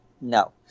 no